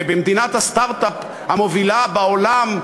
ובמדינת הסטרט-אפ המובילה בעולם,